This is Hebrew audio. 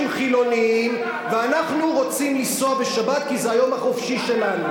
אנחנו אנשים חילונים ואנחנו רוצים לנסוע בשבת כי זה היום החופשי שלנו.